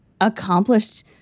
accomplished